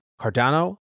Cardano